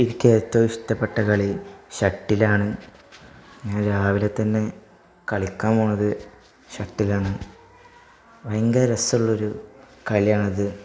എനിക്കേറ്റവും ഇഷ്ടപ്പെട്ട കളി ഷട്ടിലാണ് ഞാൻ രാവിലെ തന്നെ കളിക്കാൻ പോണത് ഷട്ടിലാണ് ഭയങ്കര രസമുള്ളൊരു കളിയാണത്